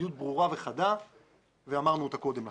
המדיניות ברורה וחדה ואמרנו אותה קודם לכן.